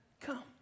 come